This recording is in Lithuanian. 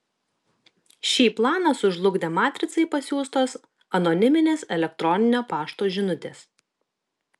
šį planą sužlugdė matricai pasiųstos anoniminės elektroninio pašto žinutės